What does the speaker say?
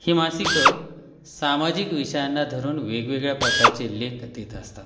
ही मासिकं सामाजिक विषयांना धरून वेगवेगळ्या प्रकारचे लेख देत असतात